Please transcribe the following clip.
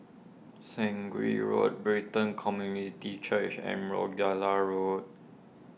Sungei Road Brighton Community Church and Rochdale Road